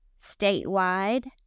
statewide